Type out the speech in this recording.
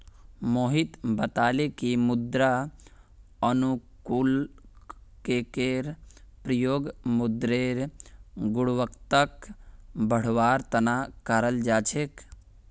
मोहित बताले कि मृदा अनुकूलककेर प्रयोग मृदारेर गुणवत्ताक बढ़वार तना कराल जा छेक